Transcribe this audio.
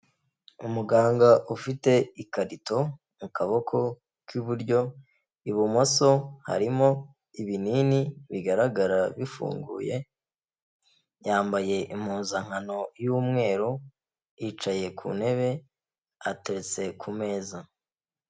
Umuganga ufite ikarito mu kaboko k'iburyo, ibumoso harimo ibinini bigaragara bifunguye, yambaye impuzankano y'umweru, yicaye ku ntebe ateretse ku meza.